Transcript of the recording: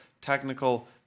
technical